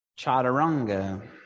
chaturanga